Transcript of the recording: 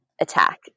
attack